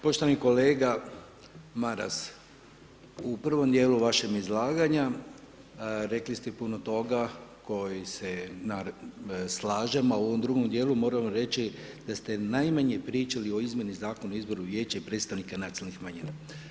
Poštovani kolega Maras, u prvom djelu vašeg izlaganja rekli ste puno toga koji se slažem a u ovom drugom djelu, moram vam reći da ste najmanje pričali o izmjeni Zakona o izboru vijeća i predstavnika nacionalnih manjina.